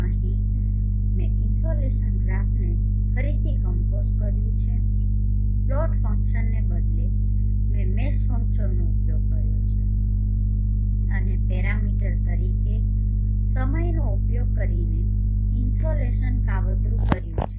અહીં મેં ઇનસોલેશન ગ્રાફને ફરીથી કમ્પોઝ કર્યું છે પ્લોટ ફંક્શનને બદલે મેં મેશ ફંક્શનનો ઉપયોગ કર્યો છે અને પેરામીટર તરીકે સમયનો ઉપયોગ કરીને ઇનસોલેશન કાવતરું કર્યું છે